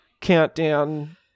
countdown